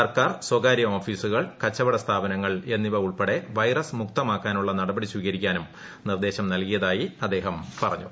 സർക്കാർ സ്വകാരൃ ഓഫീസുകൾ കച്ചവട സ്ഥാപനങ്ങൾ എന്നിവ ഉൾപ്പെടെ വൈറസ് മുക്തമാക്കാനുളള നടപടി സ്വീകരിക്കാനും നിർദ്ദേശം നൽകിയതായി അദ്ദേഹം പറഞ്ഞു